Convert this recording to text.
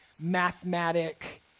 mathematic